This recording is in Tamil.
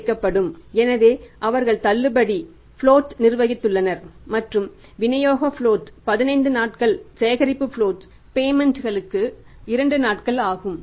வைக்கப்படும் எனவே அவர்கள் தள்ளுபடி ப்லோட க்கு 2 நாட்கள் ஆகும்